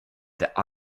that